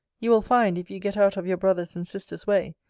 you will find, if you get out of your brother's and sister's way,